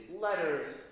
letters